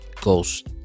Ghost